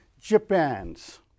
Japan's